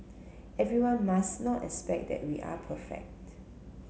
everyone must not expect that we are perfect